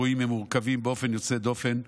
אירועים הם מורכבים באופן יוצא דופן,